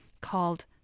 called